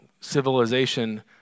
civilization